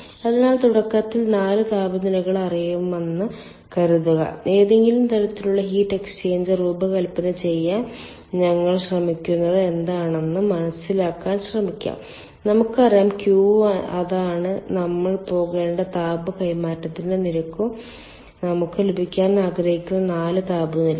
അതിനാൽ തുടക്കത്തിൽ 4 താപനിലകൾ അറിയാമെന്ന് കരുതുക ഏതെങ്കിലും തരത്തിലുള്ള ഹീറ്റ് എക്സ്ചേഞ്ചർ രൂപകൽപ്പന ചെയ്യാൻ ഞങ്ങൾ ശ്രമിക്കുന്നത് എന്താണെന്ന് മനസിലാക്കാൻ ശ്രമിക്കാം നമുക്കറിയാം Q അതാണ് നമ്മൾ പോകേണ്ട താപ കൈമാറ്റത്തിന്റെ നിരക്കും നമുക്ക് ലഭിക്കാൻ ആഗ്രഹിക്കുന്ന 4 താപനിലയും